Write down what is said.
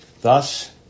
Thus